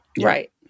Right